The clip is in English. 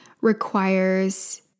requires